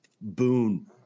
boon